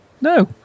No